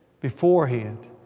beforehand